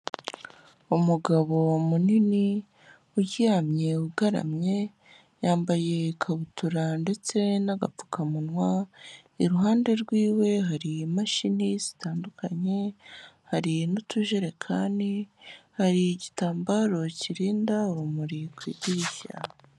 Umugabo munini uryamye ugaramye, yambaye ikabutura ndetse n'agapfukamunwa, iruhande rw'iwe hari imashini zitandukanye hari n'utujerekani, hari igitambaro kirinda urumuri ku idirishya.